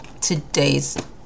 today's